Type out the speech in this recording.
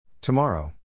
Tomorrow